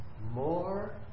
more